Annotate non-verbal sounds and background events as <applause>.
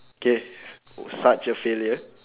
K <breath> oh such a failure